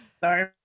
Sorry